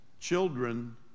children